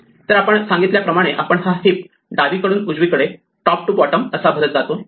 तर आपण सांगितल्याप्रमाणे आपण हा हिप डावीकडून उजवीकडे टॉप टू बॉटम असा भरत जातो